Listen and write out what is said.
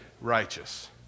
righteous